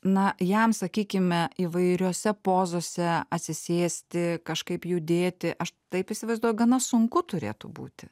na jam sakykime įvairiose pozose atsisėsti kažkaip judėti aš taip įsivaizduoju gana sunku turėtų būti